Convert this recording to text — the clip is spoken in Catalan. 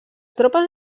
tropes